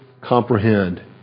comprehend